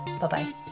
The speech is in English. Bye-bye